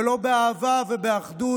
ולא באהבה ובאחדות.